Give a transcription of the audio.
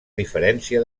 diferència